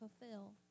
fulfill